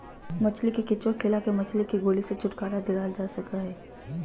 मछली के केंचुआ खिला के मछली के गोली से छुटकारा दिलाल जा सकई हई